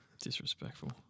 disrespectful